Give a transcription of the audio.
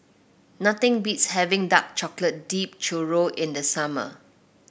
nothing beats having Dark Chocolate Dipped Churro in the summer